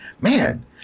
man